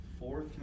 fourth